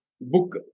book